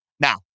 Now